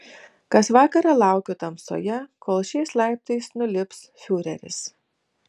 kas vakarą laukiu tamsoje kol šiais laiptais nulips fiureris